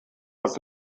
als